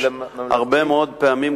הרבה מאוד פעמים,